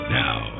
now